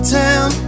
town